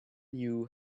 knew